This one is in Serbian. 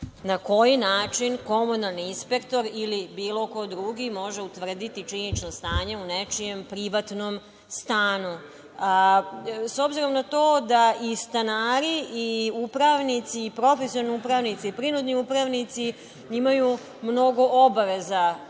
na koji način komunalni inspektor ili bilo ko drugi može utvrditi činjenično stanje u nečijem privatnom stanu.S obzirom na to da i stanari i upravnici i profesionalni upravnici, prinudni upravnici imaju mnogo obaveza